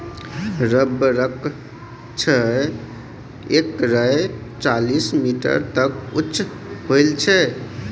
रबरक गाछ एक सय चालीस मीटर तक उँच होइ छै